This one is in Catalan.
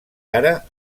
ara